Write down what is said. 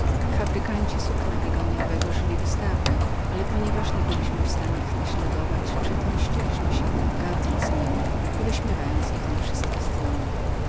fabrykanci sukna wigoniowego żyli wystawnie ale ponieważ nie byliśmy w stanie ich naśladować przeto mściliśmy się gardząc i wyśmiewając ich na wszystkie strony